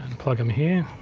plug them here.